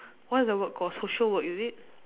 what is the word called social work is it